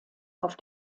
auf